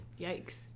Yikes